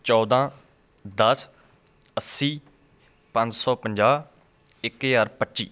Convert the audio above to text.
ਚੌਦਾਂ ਦਸ ਅੱਸੀ ਪੰਜ ਸੌ ਪੰਜਾਹ ਇੱਕ ਹਜ਼ਾਰ ਪੱਚੀ